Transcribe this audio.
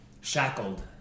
shackled